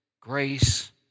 grace